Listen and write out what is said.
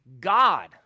God